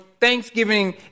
thanksgiving